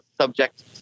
subject